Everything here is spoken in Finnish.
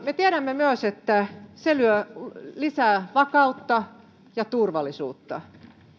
me tiedämme myös että se luo lisää vakautta ja turvallisuutta